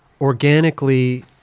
organically